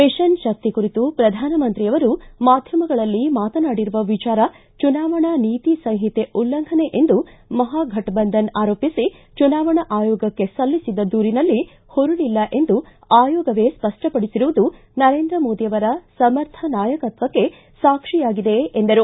mission Shakti ಕುರಿತು ಪ್ರಧಾನಮಂತ್ರಿ ಮಾಧ್ಯಮಗಳಲ್ಲಿ ಮಾತನಾಡಿರುವ ವಿಚಾರ ಚುನಾವಣಾ ನೀತಿ ಸಂಹಿತೆ ಉಲ್ಲಂಘನೆ ಎಂದು ಮಹಾಘಟಬಂಧನ್ ಆರೋಪಿಸಿ ಚುನಾವಣಾ ಆಯೋಗಕ್ಕೆ ಸಲ್ಲಿಸಿದ್ದ ದೂರಿನಲ್ಲಿ ಹುರುಳಿಲ್ಲ ಎಂದು ಆಯೋಗವೇ ಸ್ಪಷ್ಟಪಡಿಸಿರುವುದು ನರೇಂದ್ರ ಮೋದಿಯವರ ಸಮರ್ಥ ನಾಯಕತ್ವಕ್ಕೆ ಸಾಕ್ಷಿಯಾಗಿದೆ ಎಂದರು